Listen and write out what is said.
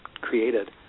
created